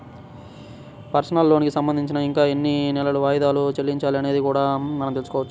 personal లోనుకి సంబంధించి ఇంకా ఎన్ని నెలలు వాయిదాలు చెల్లించాలి అనేది కూడా మనం తెల్సుకోవచ్చు